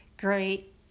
great